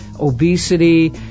obesity